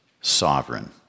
sovereign